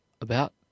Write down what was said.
About